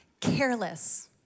careless